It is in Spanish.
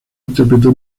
interpretó